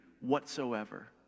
whatsoever